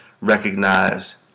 recognize